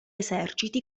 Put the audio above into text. eserciti